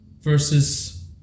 versus